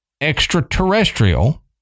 extraterrestrial